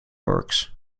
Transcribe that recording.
works